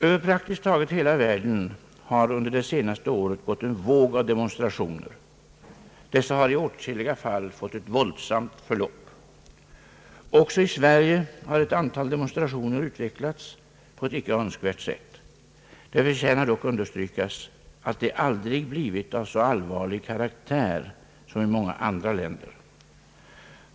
Över praktiskt taget hela världen har under det senaste året gått en våg av demonstrationer. Dessa har i åtskilliga fall fått ett våldsamt förlopp. Också i Sverige har ett antal demonstrationer utvecklats på ett icke önskvärt sätt. Det förtjänar dock understrykas, att de aldrig blivit av så allvarlig karaktär som i många andra länder.